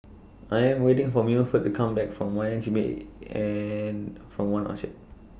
I Am waiting For Milford to Come Back from Y M C A and from one Orchard